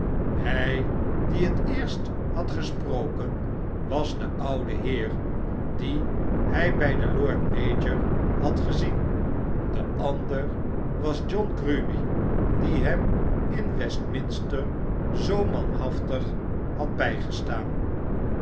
hij die het eerst had gesproken was de oude heer dien hij bij den lord mayor had gezien de ander was john grueby die hem in westminster zoo manhaftig had bijgestaan